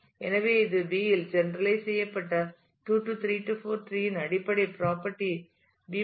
எனவே இது B இல் ஜெனரலைஸ் செய்யப்பட்ட 2 3 4 டிரீஇன் அடிப்படை ப்ராப்பர்ட்டி B டிரீ ஆகும்